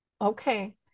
Okay